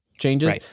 changes